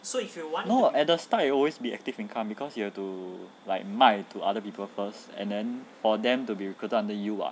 no at the start it always be active income because you have to like 卖 to other people first and then for them to be recruited under you [what]